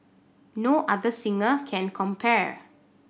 no other singer can compare